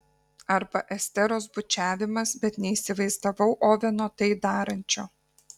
arba esteros bučiavimas bet neįsivaizdavau oveno tai darančio